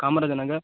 Kamarajar Nagar